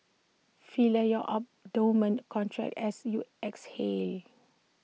feel your abdomen contract as you exhale